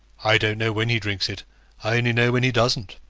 i don't know when he drinks it i only know when he doesn't.